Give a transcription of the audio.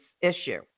issue